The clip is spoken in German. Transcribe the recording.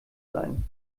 sein